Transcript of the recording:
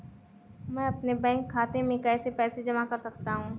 मैं अपने बैंक खाते में पैसे कैसे जमा कर सकता हूँ?